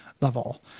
level